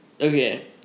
Okay